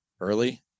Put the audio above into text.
early